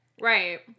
Right